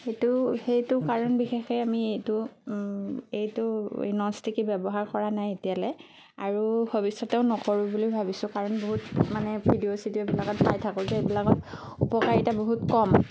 যিটো সেইটো কাৰণ বিশেষে আমি এইটো এইটো এই ননষ্টিকি ব্যৱহাৰ কৰা নাই এতিয়ালৈ আৰু ভৱিষ্যতেও নকৰোঁ বুলি ভাবিছোঁ কাৰণ বহুত মানে ভিডিঅ' চিডিঅ'বিলাকত পাই থাকোঁ যে এইবিলাকত উপকাৰিতা বহুত কম